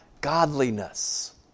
godliness